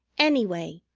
anyway,